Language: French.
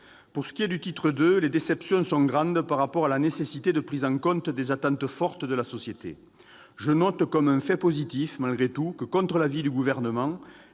S'agissant du titre II, les déceptions sont grandes au regard de la nécessité de prendre en compte les attentes fortes de la société. Je note comme un fait positif, malgré tout, que, contre l'avis du Gouvernement,